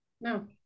No